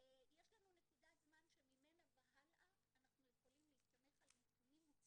יש לנו נקודת זמן שממנה והלאה אנחנו יכולים להסתמך על נתונים מוצקים,